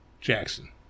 Jackson